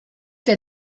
der